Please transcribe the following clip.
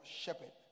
shepherd